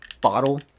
bottle